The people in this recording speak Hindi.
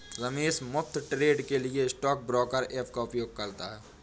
रमेश मुफ्त ट्रेड के लिए स्टॉक ब्रोकर ऐप का उपयोग करता है